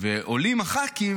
עולים הח"כים